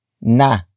Na